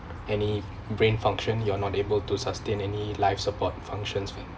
any brain function you're not able to sustain any life support functions from